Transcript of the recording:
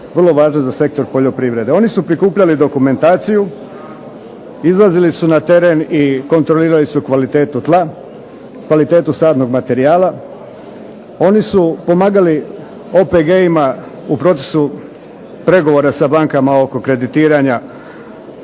vrlo važan za sektor poljoprivrede. Oni su prikupljali dokumentaciju, izlazili su na teren i kontrolirali su kvalitetu tla, kvalitetu sadnog materijala. Oni su pomagali OPG-ima u procesu pregovora sa bankama oko kreditiranja